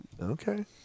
Okay